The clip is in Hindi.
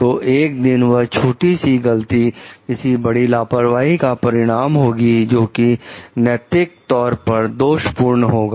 तो 1 दिन वह छोटी सी गलती किसी बड़ी लापरवाही का परिणाम होगी जो कि नैतिक तौर पर दोषपूर्ण होगा